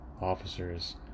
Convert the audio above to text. officers